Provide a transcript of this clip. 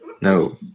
No